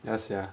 ya sia